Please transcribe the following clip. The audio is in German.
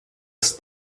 das